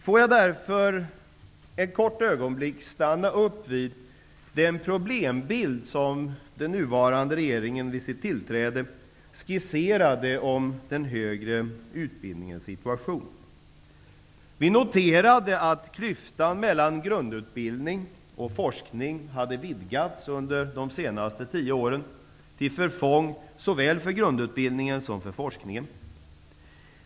Låt mig därför ett kort ögonblick stanna upp vid den problembild som den nuvarande regeringen vid sitt tillträde skisserade angående den högre utbildningens situation. Vi noterade att klyftan mellan grundutbildning och forskning under de senast tio åren hade vidgats, till förfång såväl för grundutbildningen som för forskningen.